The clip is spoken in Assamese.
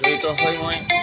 জড়িত হৈ মই